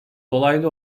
dolaylı